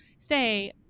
say